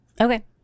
Okay